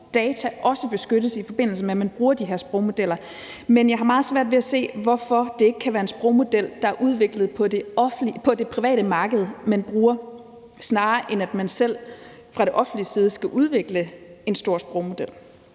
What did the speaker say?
data også beskyttes, i forbindelse med at man bruger de her sprogmodeller. Men jeg har meget svært ved at se, hvorfor det ikke kan være en sprogmodel, der er udviklet på det private marked, som man bruger, snarere end at man fra det offentliges side selv skal udvikle en stor sprogmodel.